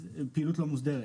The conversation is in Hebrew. בפעילות לא מוסדרת.